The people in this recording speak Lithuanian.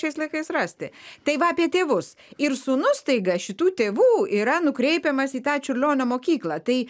šiais laikais rasti tai va apie tėvus ir sūnus staiga šitų tėvų yra nukreipiamas į tą čiurlionio mokyklą tai